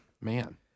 Man